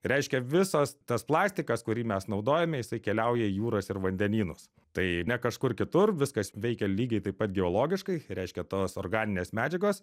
reiškia visas tas plastikas kurį mes naudojame jisai keliauja į jūras ir vandenynus tai ne kažkur kitur viskas veikia lygiai taip pat geologiškai reiškia tos organinės medžiagos